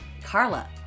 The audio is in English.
carla